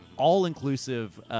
all-inclusive